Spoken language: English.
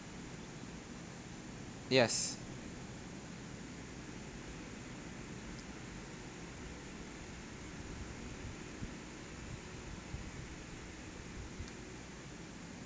yes